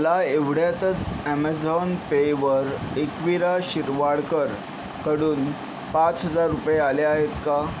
मला एवढ्यातच ॲमेझॉन पेवर एकवीरा शिरवाडकरकडून पाच हजार रुपये आले आहेत का